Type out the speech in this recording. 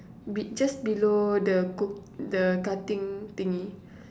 be just below the co~ the cutting thingy